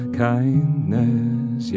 kindness